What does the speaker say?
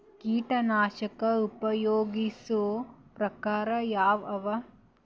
ಕೀಟನಾಶಕ ಉಪಯೋಗಿಸೊ ಪ್ರಕಾರ ಯಾವ ಅವ?